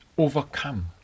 Overcome